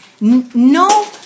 no